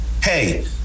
hey